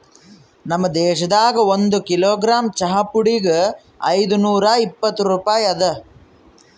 ನಮ್ ದೇಶದಾಗ್ ಒಂದು ಕಿಲೋಗ್ರಾಮ್ ಚಹಾ ಪುಡಿಗ್ ಐದು ನೂರಾ ಇಪ್ಪತ್ತು ರೂಪಾಯಿ ಅದಾ